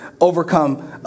overcome